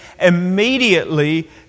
immediately